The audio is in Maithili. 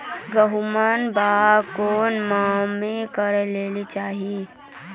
गेहूँमक बौग कून मांस मअ करै लेली चाही?